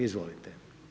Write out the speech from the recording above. Izvolite.